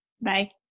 Bye